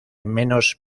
menos